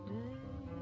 day